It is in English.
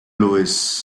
louis